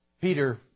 Peter